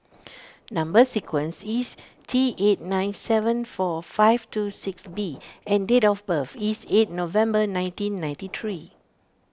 Number Sequence is T eight nine seven four five two six B and date of birth is eight November nineteen ninety three